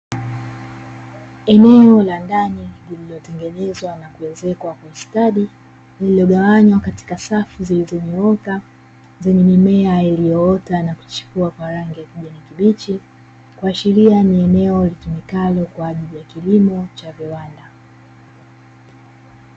Eneo la ndani lililotengenezwa na kuezekwa kiustadi, lililogawanywa katika safu zilizonyoka, zenye mimea iliyoota na kuchipua kwa rangi ya kijani kibichi, kuashiria ni eneo lilitumikalo kwa ajili ya kilimo cha viwanda.